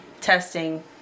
testing